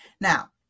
Now